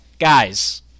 Guys